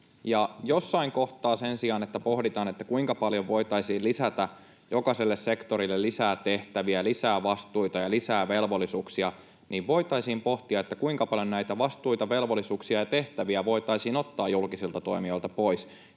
Jossain kohtaa sen sijaan, että pohditaan, kuinka paljon voitaisiin lisätä jokaiselle sektorille lisää tehtäviä, lisää vastuita ja lisää velvollisuuksia, voitaisiin pohtia, kuinka paljon näitä vastuita, velvollisuuksia ja tehtäviä voitaisiin ottaa julkisilta toimijoilta pois.